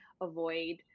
avoid